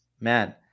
man